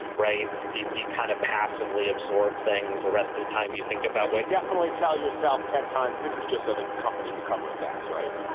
right. you you kind of passively absorb things the rest of the time. you think about why definitely tell yourself ten times this is just so the company could cover its ass. right?